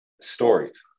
stories